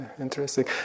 interesting